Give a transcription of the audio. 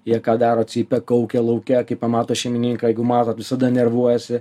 jie ką daro cypia kaukia lauke kai pamato šeimininką jeigu mato visada nervuojasi